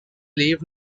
leave